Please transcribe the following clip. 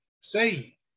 say